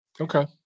Okay